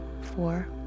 four